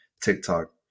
TikTok